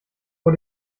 vor